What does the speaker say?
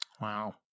Wow